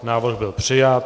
Návrh byl přijat.